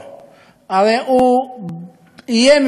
הרי הוא יהיה מפעל רווחי.